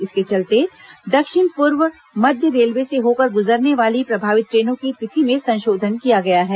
इसके चलते दक्षिण पूर्व मध्य रेलवे से होकर गुजरने वाली प्रभावित ट्रेनों की तिथि में संशोधन किया गया है